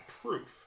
proof